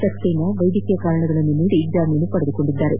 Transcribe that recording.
ಸಕ್ಸೇನಾ ವೈದ್ಯಕೀಯ ಕಾರಣಗಳನ್ನು ನೀಡಿ ಜಾಮೀನು ಕೋರಿದ್ದಾರೆ